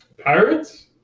pirates